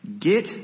Get